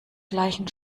gleichen